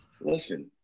listen